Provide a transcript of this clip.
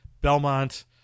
Belmont